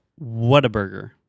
Whataburger